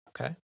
okay